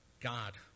God